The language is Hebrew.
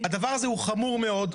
הדבר הזה הוא חמור מאוד.